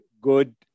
good